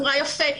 אמרה פה,